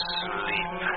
sleep